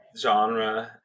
genre